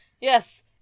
Yes